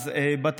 מהשבוע הבא.